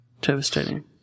Devastating